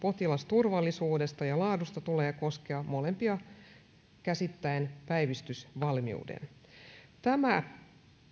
potilasturvallisuudesta ja laadusta tulee koskea molempia käsittäen päivystysvalmiuden tämä